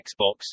Xbox